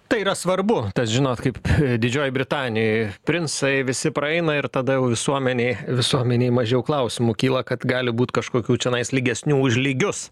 tai yra svarbu tas žinot kaip didžiojoj britanijoj princai visi praeina ir tada jau visuomenė visuomenei mažiau klausimų kyla kad gali būt kažkokių čianais lygesnių už lygius